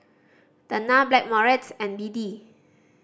Tena Blackmores and B D